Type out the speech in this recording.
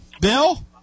Bill